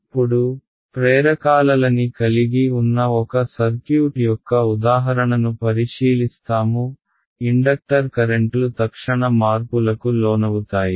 ఇప్పుడు ప్రేరకాలలని కలిగి ఉన్న ఒక సర్క్యూట్ యొక్క ఉదాహరణను పరిశీలిస్తాము ఇండక్టర్ కరెంట్లు తక్షణ మార్పులకు లోనవుతాయి